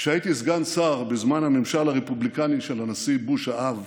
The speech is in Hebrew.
כשהייתי סגן שר בזמן הממשל הרפובליקני של הנשיא בוש האב,